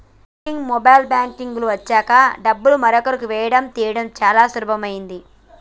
net banking, mobile banking లు వచ్చాక డబ్బులు వేరొకరికి వేయడం తీయడం చాలా సులభమైనది